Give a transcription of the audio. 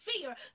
fear